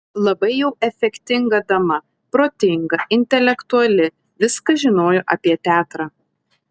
labai jau efektinga dama protinga intelektuali viską žinojo apie teatrą